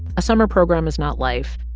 a summer program is not life.